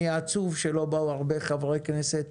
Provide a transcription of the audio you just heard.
אני עצוב שלא באו הרבה חברי כנסת